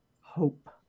hope